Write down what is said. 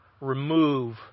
remove